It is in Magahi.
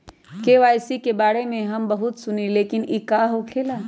के.वाई.सी के बारे में हम बहुत सुनीले लेकिन इ का होखेला?